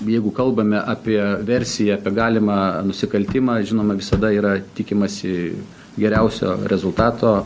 jeigu kalbame apie versiją apie galimą nusikaltimą žinoma visada yra tikimasi geriausio rezultato